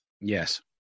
Yes